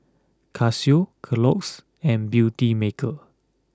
Casio Kellogg's and Beautymaker